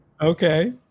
Okay